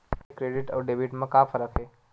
ये क्रेडिट आऊ डेबिट मा का फरक है?